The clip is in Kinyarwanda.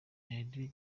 radio